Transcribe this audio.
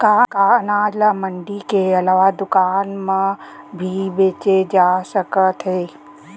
का अनाज ल मंडी के अलावा दुकान म भी बेचे जाथे सकत हे?